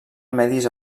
medis